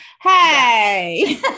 Hey